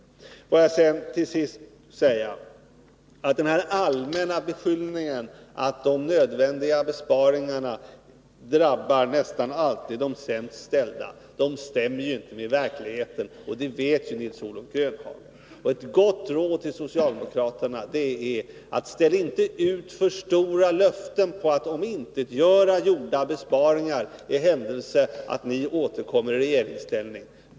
Får jag sedan till sist säga att de allmänna beskyllningarna, att de nödvändiga besparingarna nästan alltid drabbar de sämst ställda, ju inte stämmer med verkligheten. Det vet Nils-Olof Grönhagen. Ett gott råd till socialdemokraterna är: Ställ inte ut för stora löften på att omintetgöra gjorda besparingar i händelse ni återkommer i regeringsställning.